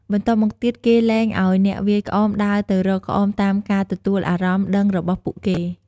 បន្ទាប់មកទៀតគេលែងឱ្យអ្នកវាយក្អមដើរទៅរកក្អមតាមការទទួលអារម្មណ៍ដឹងរបស់ពួកគេ។